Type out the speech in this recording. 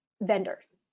vendors